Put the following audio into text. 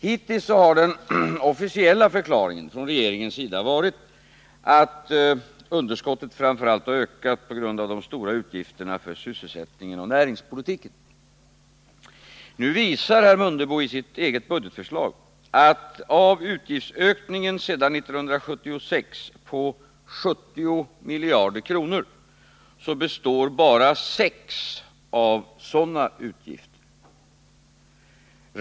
Hittills har regeringens officiella förklaring varit att underskottet ökat framför allt på grund av de stora utgifterna för sysselsättningsoch näringspolitiken. Nu visar herr Mundebo i sitt eget budgetförslag att av utgiftsökningen sedan 1976 på 70 miljarder kronor utgörs bara 6 miljarder av sådana utgifter.